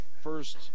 first